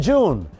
June